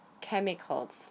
chemicals